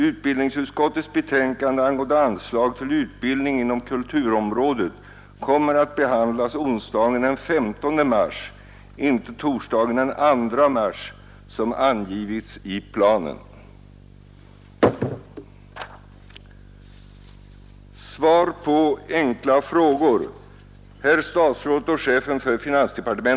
Utbildningsutskottets betänkande angående anslag till utbildning inom kulturområdet kommer att behandlas onsdagen den 15 mars, inte torsdagen den 2 mars som angivits i planen.